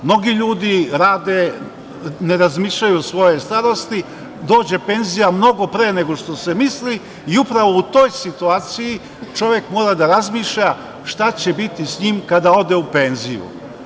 Mnogi ljudi rade, ne razmišljaju o svojoj starosti, dođe penzija mnogo pre nego što se misli i upravo u toj situaciji čovek mora da razmišlja šta će biti sa njim kada ode u penziju.